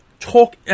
Talk